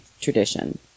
tradition